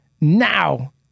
Now